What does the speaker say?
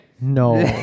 No